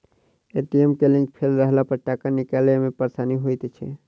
ATM के link fail रहलापर टाका निकालै मे परेशानी होइत छै